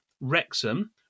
Wrexham